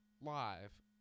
live